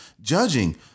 judging